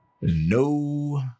No